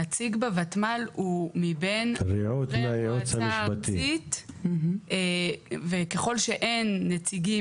הנציג ב-ותמ"ל הוא מבין חברי המועצה הארצית וככל שאין נציגים